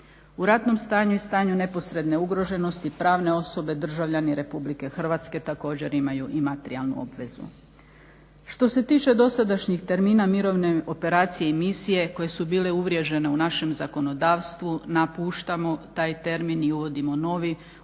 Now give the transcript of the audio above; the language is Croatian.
U ratnom stanju i stanju neposredne ugroženosti pravne osobe državljani RH također imaju i materijalnu obvezu. Što se tiče dosadašnjih termina mirovne operacije i misije koje su bile uvriježene u našem zakonodavstvu napuštamo taj termin i uvodimo novi